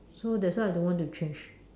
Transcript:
so that's why I don't want to change